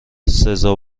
سزا